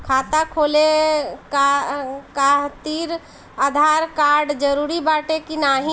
खाता खोले काहतिर आधार कार्ड जरूरी बाटे कि नाहीं?